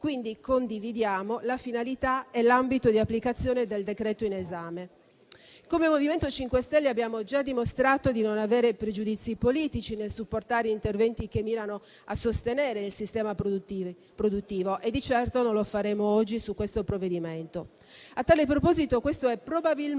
Quindi, condividiamo la finalità e l'ambito di applicazione del disegno di legge in esame. Come MoVimento 5 Stelle, abbiamo già dimostrato di non avere pregiudizi politici nel supportare interventi che mirano a sostenere il sistema produttivo e di certo non li avremo oggi, su questo provvedimento.